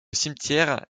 cimetière